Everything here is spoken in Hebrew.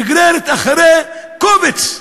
נגררת אחרי קומץ,